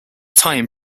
time